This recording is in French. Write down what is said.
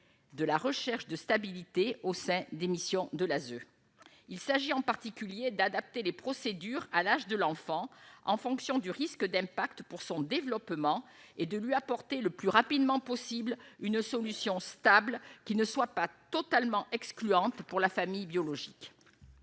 de la recherche de stabilité au sein des missions de l'ASE, il s'agit en particulier d'adapter les procédures à l'âge de l'enfant en fonction du risque d'impact pour son développement et de lui apporter le plus rapidement possible une solution stable qui ne soit pas totalement excluante pour la famille biologique